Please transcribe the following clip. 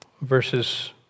Verses